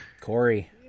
Corey